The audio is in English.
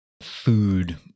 food